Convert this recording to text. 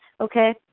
okay